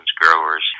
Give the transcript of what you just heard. growers